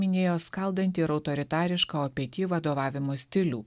minėjo skaldantį ir autoritarišką opety vadovavimo stilių